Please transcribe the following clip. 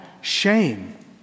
shame